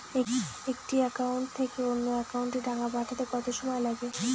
একটি একাউন্ট থেকে অন্য একাউন্টে টাকা পাঠাতে কত সময় লাগে?